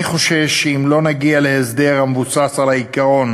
אני חושש שאם לא נגיע להסדר המבוסס על העיקרון